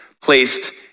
placed